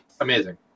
amazing